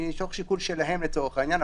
מתוך שיקול שלהם לצורך העניין.